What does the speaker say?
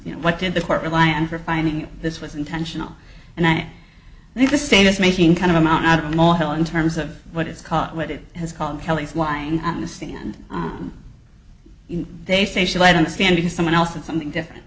know what did the court rely on for finding this was intentional and i think the same as making kind of a mountain out of a mole hill in terms of what it's called what it has called kelly's lying on the stand they say she lied on the stand because someone else at something different